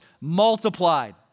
multiplied